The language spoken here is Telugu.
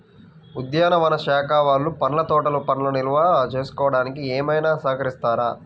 ఉద్యానవన శాఖ వాళ్ళు పండ్ల తోటలు పండ్లను నిల్వ చేసుకోవడానికి ఏమైనా సహకరిస్తారా?